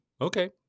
okay